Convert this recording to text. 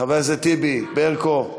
חבר הכנסת טיבי, ברקו,